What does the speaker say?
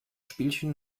spielchen